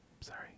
Sorry